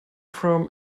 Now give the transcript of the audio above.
from